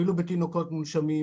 אפילו לתינוקות מונשמים,